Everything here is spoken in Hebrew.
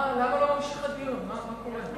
מה קורה עם הדיון?